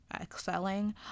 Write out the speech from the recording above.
excelling